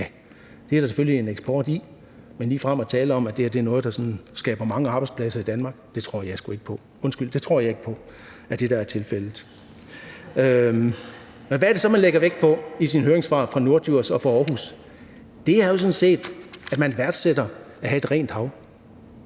Ja, det er der selvfølgelig en eksport i, men ligefrem at tale om, at det her er noget, der sådan skaber mange arbejdspladser i Danmark – det tror jeg sgu ikke på, undskyld, det tror jeg ikke på er tilfældet. Hvad er det så, man lægger vægt på i sine høringssvar fra Norddjurs Kommune og fra Aarhus Kommune? Det er sådan set, at man værdsætter at have et rent hav.